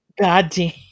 Goddamn